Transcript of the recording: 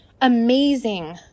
amazing